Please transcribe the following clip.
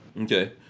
okay